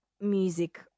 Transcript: music